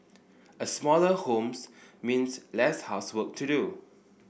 a smaller homes means less housework to do